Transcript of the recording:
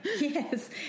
Yes